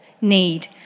need